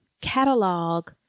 catalog